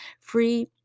free